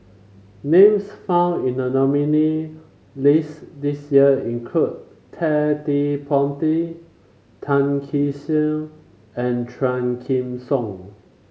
names found in the nominee list this year include Ted De Ponti Tan Kee Sek and Quah Kim Song